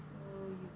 so you